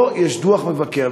פה יש דוח מבקר.